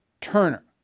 Turner